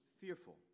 fearful